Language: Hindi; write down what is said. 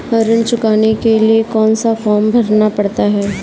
ऋण चुकाने के लिए कौन सा फॉर्म भरना पड़ता है?